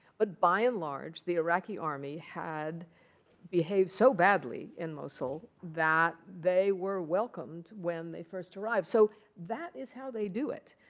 but by and large, the iraqi army had behaved so badly in mosul that they were welcomed when they first arrived. so that is how they do it.